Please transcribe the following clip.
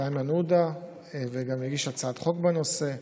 איימן עודה וגם הגיש הצעת חוק בנושא.